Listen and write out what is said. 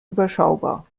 überschaubar